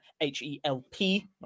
H-E-L-P